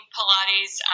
Pilates